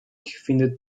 findet